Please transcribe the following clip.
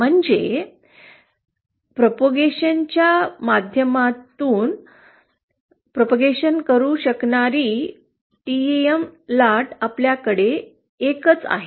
म्हणजे माध्यमाच्या माध्यमातून प्रचार करू शकणारी एकही टेम लाट आपल्याकडे असू शकत नाही